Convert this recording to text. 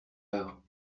heure